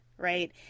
right